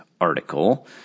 article